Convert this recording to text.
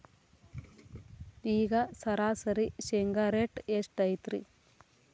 ಈಗ ಸರಾಸರಿ ಶೇಂಗಾ ರೇಟ್ ಎಷ್ಟು ಐತ್ರಿ?